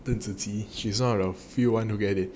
gem she is one of the few one who get it